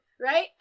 right